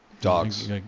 dogs